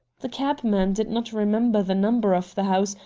the cabman did not remember the number of the house,